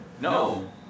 No